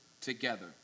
together